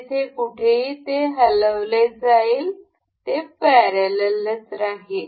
जिथे कुठेही ते हलवले जाईल ते पॅरलल राहील